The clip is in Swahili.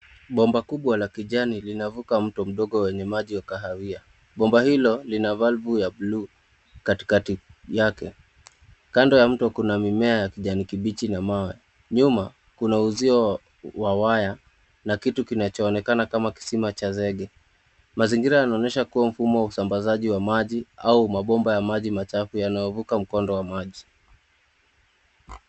Bomba kubwa la kijani linavuka mto mdogo wenye maji ya kahawia. Bomba hilo lina valvu ya bluu katikati yake. Kando ya mto kuna mimea ya kijani kibichi na mawe. Nyuma kuna uzio wa waya na kitu kinachoonekana kama kisima cha zege. Mazingira yanaonyesha mfumo wa usambazaji wa maji au mabomba ya maji machafu yanayovuka mkondo wa maji.